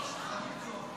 תמשיך.